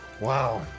Wow